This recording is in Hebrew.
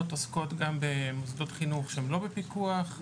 עובד שהמנהל קבע שהוא לא במגע עם תלמידים או עם עובדים אחרים.